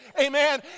amen